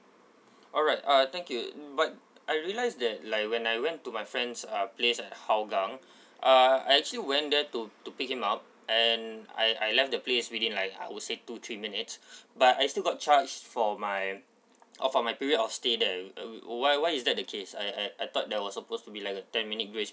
alright uh thank you but I realize that like when I went to my friend's uh place at hougang uh I actually went there to to pick him up and I I left the place within like I would say two three minutes but I still got charged for my oh for my period of stay there uh why why is that the case I I I thought there was supposed to be like a ten minute grace